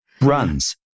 runs